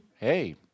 hey